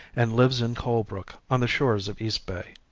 and lives in colebrook, on the shores of eastbay.